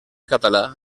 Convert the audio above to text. català